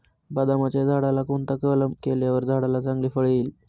बदामाच्या झाडाला कोणता कलम केल्यावर झाडाला चांगले फळ येईल?